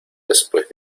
después